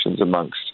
amongst